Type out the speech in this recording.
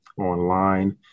online